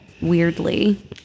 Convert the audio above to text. Weirdly